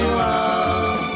love